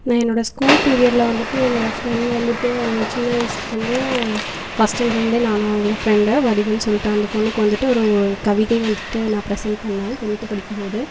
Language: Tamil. நான் என்னோட ஸ்கூல் பீரியட்டில் வந்துவிட்டு என்னோட ஃப்ரெண்ட் வந்துவிட்டு அவங்க சின்ன வயசுலந்து ஃபர்ஸ்ட் ஸ்டாண்டர்ட்லந்தே நானும் அவங்களும் ஃப்ரெண்டு வடிவுன்னு சொல்லிட்டு அந்த பொண்ணுக்கு வந்துவிட்டு ஒரு கவிதை வந்துவிட்டு நான் பிரசென்ட் பண்ணன் டென்த்து படிக்கும்போது